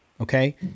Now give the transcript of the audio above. okay